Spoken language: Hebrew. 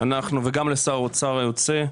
וגם לשר האוצר היוצא,